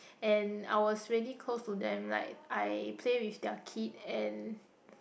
and I was really close to them like I play with their kid and